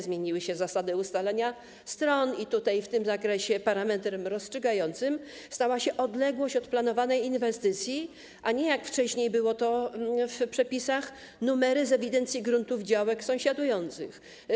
Zmieniły się też zasady ustalania stron i w tym zakresie parametrem rozstrzygającym stała się odległość od planowanej inwestycji, a nie - jak wcześniej było to w przepisach - numery z ewidencji gruntów działek sąsiadujących.